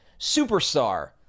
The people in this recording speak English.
superstar